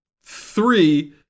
three